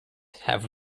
have